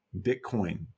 Bitcoin